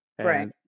Right